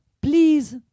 please